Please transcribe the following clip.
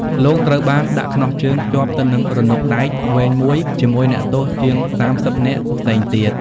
លោកត្រូវបានដាក់ខ្នោះជើងភ្ជាប់ទៅនឹងរនុកដែកវែងមួយជាមួយអ្នកទោសជាងសាមសិបនាក់ផ្សេងទៀត។